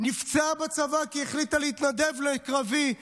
שנפצעה בצבא כי החליטה להתנדב לקרבי,